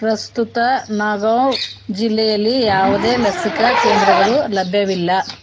ಪ್ರಸ್ತುತ ನಾಗಾಂವ್ ಜಿಲ್ಲೆಯಲ್ಲಿ ಯಾವುದೇ ಲಸಿಕಾ ಕೇಂದ್ರಗಳು ಲಭ್ಯವಿಲ್ಲ